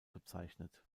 bezeichnet